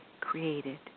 created